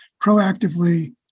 proactively